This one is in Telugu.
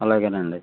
అలాగేనండి